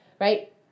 right